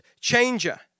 changer